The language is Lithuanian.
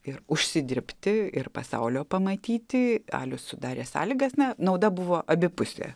ir užsidirbti ir pasaulio pamatyti alius sudarė sąlygas na nauda buvo abipusė